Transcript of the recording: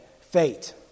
fate